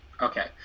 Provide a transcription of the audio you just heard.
Okay